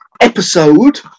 episode